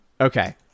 Okay